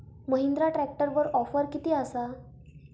महिंद्रा ट्रॅकटरवर ऑफर किती आसा?